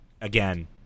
again